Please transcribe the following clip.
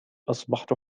أصبحت